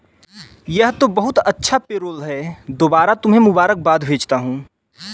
यह तो बहुत अच्छा पेरोल है दोबारा तुम्हें मुबारकबाद भेजता हूं